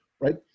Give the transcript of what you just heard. right